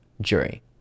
jury